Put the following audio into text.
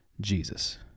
Jesus